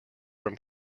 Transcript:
from